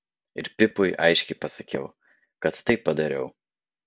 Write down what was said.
ir pipui aiškiai pasakiau kad taip padariau